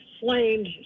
flamed